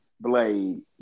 blade